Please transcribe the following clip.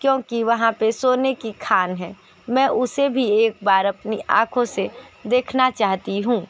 क्योंकि वहाँ पर सोने की खान है मैं उसे एक बार अपनी आँखों से देखना चाहती हूँ